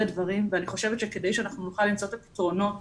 דברים ואני חושבת שכדי שנוכל למצוא את הפתרונות